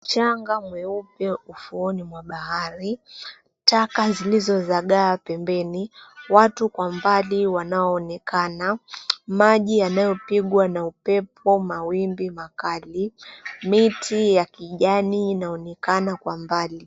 Mchanga mweupe ufuoni mwa bahari, taka zilizozagaa pembeni, watu kwa mbali wanaoonekana, maji yanayopigwa na upepo mawimbi makali, miti ya kijani inaonekana kwa mbali.